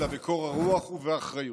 אלא בקור רוח ובאחריות,